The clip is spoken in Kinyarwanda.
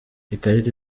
ikarita